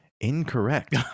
Incorrect